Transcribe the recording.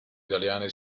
italiane